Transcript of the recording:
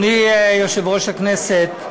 יושב-ראש הכנסת,